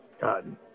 God